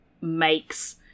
makes